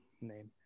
name